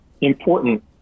important